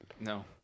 No